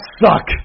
suck